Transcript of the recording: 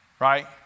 right